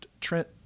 Trent